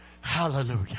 Hallelujah